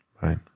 Right